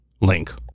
link